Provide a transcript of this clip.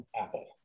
apple